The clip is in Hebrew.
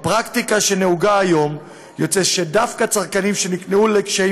בפרקטיקה שנהוגה היום יוצא שדווקא צרכנים שנקלעו לקשיים